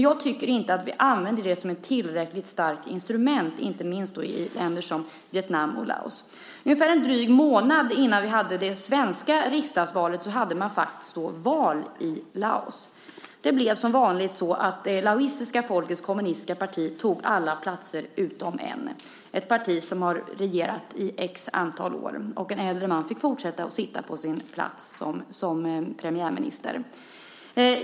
Jag tycker inte att vi tillräckligt starkt använder det som ett instrument, inte minst i länder som Vietnam och Laos. Ungefär en dryg månad innan vi hade det svenska riksdagsvalet hade man faktiskt "val" i Laos. Det blev som vanligt. Det laotiska folkets kommunistiska parti tog alla platser utom en. Det är ett parti som har regerat i x år, och en äldre man fick fortsätta att sitta på sin plats som premiärminister.